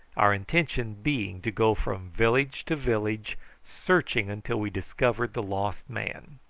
our intention being to go from village to village searching until we discovered the lost man.